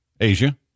Asia